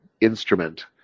instrument